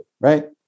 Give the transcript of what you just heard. right